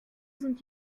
sind